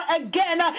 again